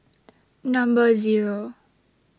Number Zero